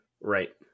Right